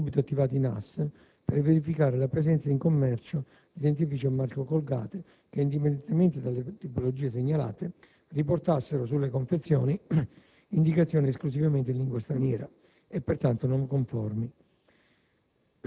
Venivano subito attivati i NAS per verificare la presenza in commercio di dentifrici a marchio "Colgate" che, indipendentemente dalle tipologie segnalate, riportassero sulle confezioni indicazioni esclusivamente in lingua straniera e, pertanto, non conformi